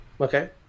Okay